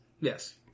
yes